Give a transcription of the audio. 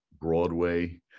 Broadway